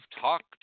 talked